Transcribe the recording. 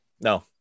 No